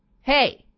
Hey